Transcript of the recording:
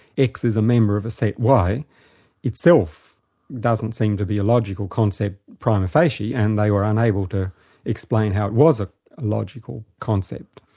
x is a member of a set y itself doesn't seem to be a logical concept prima facie and they were unable to explain how it was a logical concept.